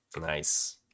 Nice